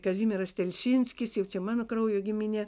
kazimieras telšinskis jau čia mano kraujo giminė